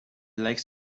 likes